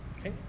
Okay